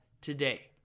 today